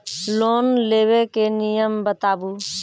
Loan लेबे के नियम बताबू?